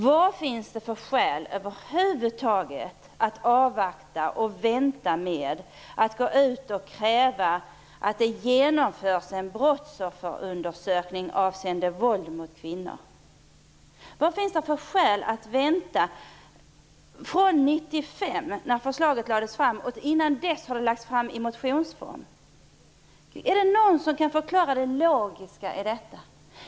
Vad finns det för skäl att över huvud taget avvakta med krav på att det genomförs en brottsofferundersökning avseende våld mot kvinnor? Förslaget lades fram 1995, och innan dess lades det fram i motioner. Är det någon som kan förklara det logiska i detta?